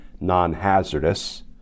non-hazardous